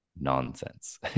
nonsense